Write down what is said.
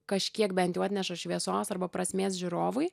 kažkiek bent jau atneša šviesos arba prasmės žiūrovui